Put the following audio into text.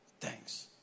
thanks